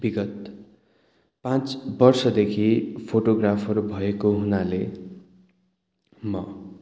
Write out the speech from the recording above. विगत पाँच वर्षदेखि फोटोग्राफर भएको हुनाले म